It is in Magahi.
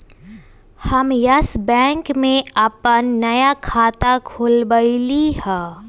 हम यस बैंक में अप्पन नया खाता खोलबईलि ह